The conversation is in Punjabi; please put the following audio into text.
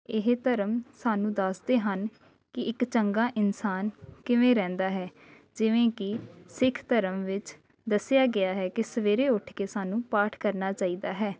ਇਹ ਧਰਮ ਸਾਨੂੰ ਦੱਸਦੇ ਹਨ ਕਿ ਇੱਕ ਚੰਗਾ ਇਨਸਾਨ ਕਿਵੇਂ ਰਹਿੰਦਾ ਹੈ ਜਿਵੇਂ ਕਿ ਸਿੱਖ ਧਰਮ ਵਿੱਚ ਦੱਸਿਆ ਗਿਆ ਹੈ ਕਿ ਸਵੇਰੇ ਉੱਠ ਕੇ ਸਾਨੂੰ ਪਾਠ ਕਰਨਾ ਚਾਹੀਦਾ ਹੈ